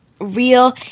real